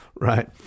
Right